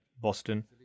Boston